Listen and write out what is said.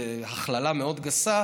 בהכללה מאוד גסה,